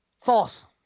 False